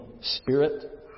spirit